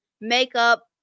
makeup